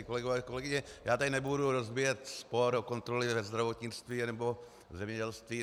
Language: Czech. Kolegové, kolegyně, já tady nebudu rozvíjet spor o kontroly ve zdravotnictví nebo v zemědělství.